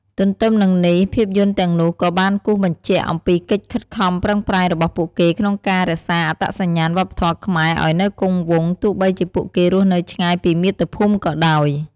ទន្ទឹមនឹងនេះ ភាពយន្តទាំងនោះក៏បានគូសបញ្ជាក់អំពីកិច្ចខិតខំប្រឹងប្រែងរបស់ពួកគេក្នុងការរក្សាអត្តសញ្ញាណវប្បធម៌ខ្មែរ ឱ្យនៅគង់វង្ស ទោះបីជាពួកគេរស់នៅឆ្ងាយពីមាតុភូមិក៏ដោយ។